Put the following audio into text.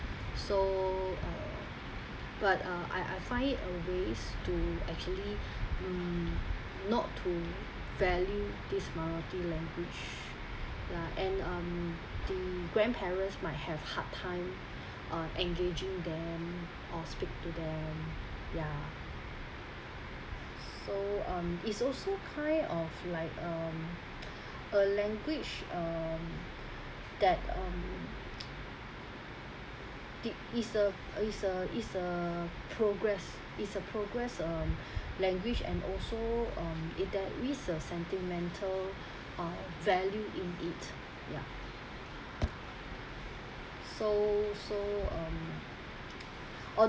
so uh but uh I I find it a waste to actually hmm not to value this minority language like and um grandparents might have hard time uh engaging them or speak to them ya so um it's also kind of like um a language um that um it it's a it's a it's a progress uh progress uh language and also um it there is a sentimental value in it ya so so um on